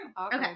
Okay